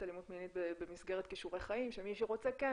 אלימות מינית במסגרת כישורי חיים שמי שרוצה כן,